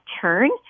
turn